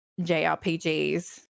JRPGs